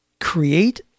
create